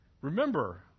Remember